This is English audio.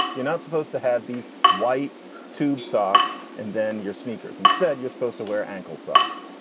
you're not supposed to have these white tube socks and then your sneakers instead you're supposed to wear ankle socks.